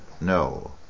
no